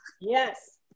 yes